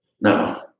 no